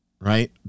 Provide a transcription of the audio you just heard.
right